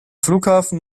flughafen